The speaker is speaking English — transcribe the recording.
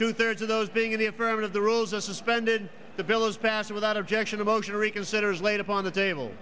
two thirds of those being in the affirmative the rules are suspended the bill is passed without objection about to reconsider is laid upon the table